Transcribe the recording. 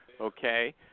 okay